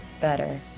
better